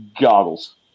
Goggles